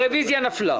הרוויזיה נפלה.